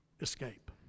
escape